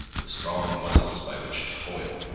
with strong muscles by which to toil,